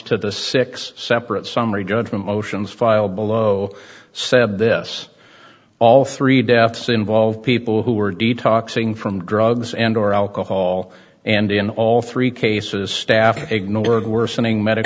to the six separate summary judgment motions filed below said this all three deaths involve people who were detox ing from drugs and or alcohol and in all three cases staff ignored worsening medic